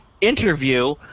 interview